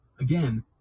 Again